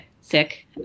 sick